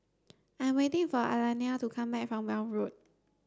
I'm waiting for Alayna to come back from Welm Road